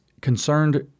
concerned